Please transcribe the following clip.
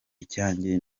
ijyanye